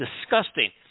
disgusting